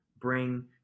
bring